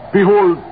Behold